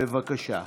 בבקשה.